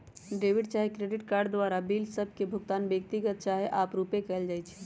debit चाहे credit card द्वारा bill सभ के भुगतान व्यक्तिगत चाहे आपरुपे कएल जाइ छइ